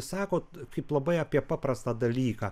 sakot kaip labai apie paprastą dalyką